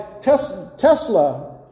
Tesla